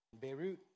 Beirut